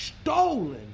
stolen